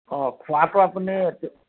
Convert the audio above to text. অঁ খোৱাতো আপুনি এইটো